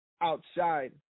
outside